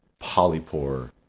polypore